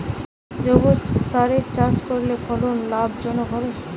জৈবসারে চাষ করলে ফলন লাভজনক হবে?